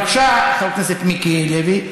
בבקשה, חבר הכנסת מיקי לוי.